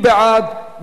רבותי, מי בעד?